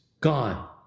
gone